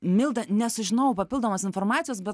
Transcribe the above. milda nesužinojau papildomos informacijos bet